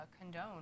condone